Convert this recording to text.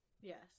Yes